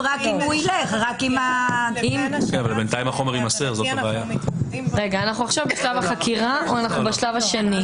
אנחנו בשלב החקירה או בשני?